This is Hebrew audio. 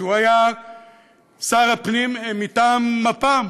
שהיה שר הפנים מטעם מפ"ם,